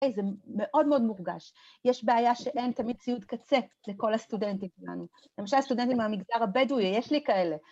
‫זה מאוד מאוד מורגש. ‫יש בעיה שאין תמיד ציוד קצה ‫לכל הסטודנטים שלנו. ‫למשל הסטודנטים מהמגזר הבדואי, ‫יש לי כאלה.